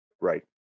right